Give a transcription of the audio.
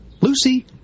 Lucy